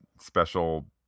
special